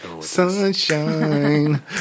Sunshine